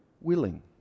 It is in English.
willing